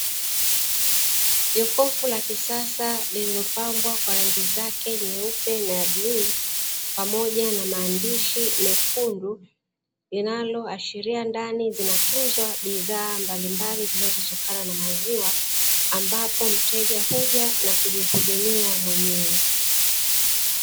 Jokofu la kisasa lililopambwa kwa rangi zake nyeupe na ya bluu pamoja na maandishi mekundu, yanayoashiria ndani zinatunzwa bidhaa mbalimbali zinazotokana na maziwa. Ambapo mteja huja na kujihudumia mwenyewe.